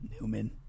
Newman